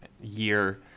year